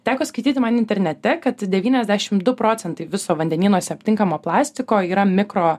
teko skaityti man internete kad devyniasdešim du procentai viso vandenynuose aptinkamo plastiko yra mikro